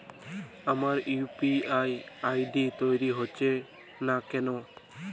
আমার UPI ID তৈরি হচ্ছে না কেনো?